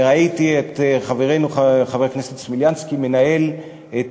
וראיתי את חברנו חבר הכנסת ניסן סלומינסקי מנהל את